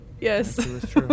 Yes